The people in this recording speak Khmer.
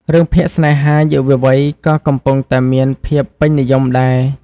រឿងភាគស្នេហាយុវវ័យក៏កំពុងតែមានភាពពេញនិយមដែរ។